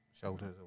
shoulders